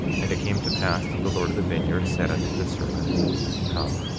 and it came to pass that the lord of the vineyard said unto the servant come,